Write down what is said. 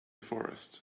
forest